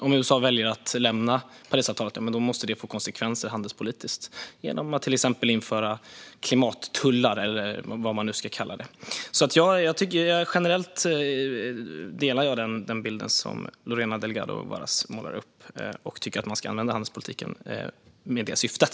Om USA väljer att lämna Parisavtalet måste detta få konsekvenser handelspolitiskt genom att man till exempel inför klimattullar eller vad vi nu ska kalla det. Generellt håller jag med om den bild som Lorena Delgado Varas målar upp. Jag tycker att man ska använda handelspolitiken med det syftet.